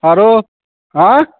आओर अँइ